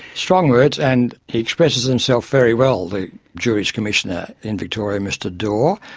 strong words, and he expresses himself very well, the juries commissioner in victoria, mr dore.